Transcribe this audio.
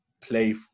play